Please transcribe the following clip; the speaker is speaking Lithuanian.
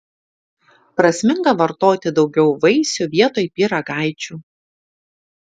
prasminga vartoti daugiau vaisių vietoj pyragaičių